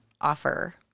offer